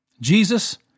Jesus